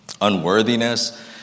unworthiness